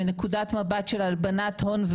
מנקודת מבט של הלבנת הון,